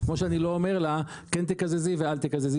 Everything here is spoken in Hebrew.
כמו שאני לא אומר לה אם תקזז או לא תקזז.